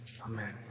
Amen